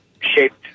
shaped